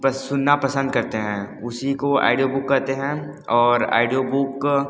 बस सुनना पसंद करते हैं उसी को आइडियो बुक कहते हैं और आइडियो बुक